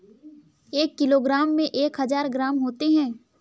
एक किलोग्राम में एक हजार ग्राम होते हैं